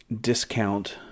discount